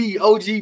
OG